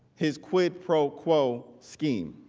his quid pro quo scheme.